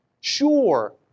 sure